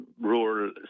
rural